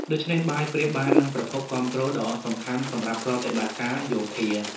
ដូច្នេះ បាយប្រៀបបាននឹងប្រភពគាំទ្រដ៏សំខាន់សម្រាប់ប្រតិបត្តិការយោធា។